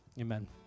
Amen